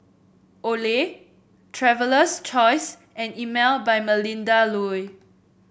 Olay Traveler's Choice and Emel by Melinda Looi